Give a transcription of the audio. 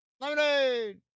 Lemonade